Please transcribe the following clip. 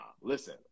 listen